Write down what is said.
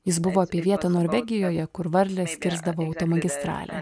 jis buvo apie vietą norvegijoje kur varlės kirsdavo automagistralę